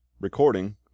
Recording